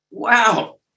Wow